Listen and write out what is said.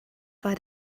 war